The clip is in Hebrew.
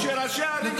והגליל.